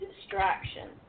distraction